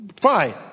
fine